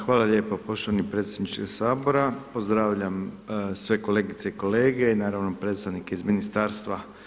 Hvala lijepo poštovani predsjedniče Sabora, pozdravljam sve kolegice i kolege i naravno predstavnike iz ministarstva.